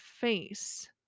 face